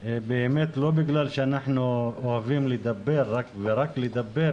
לא בגלל שאנחנו אוהבים לדבר ורק לדבר,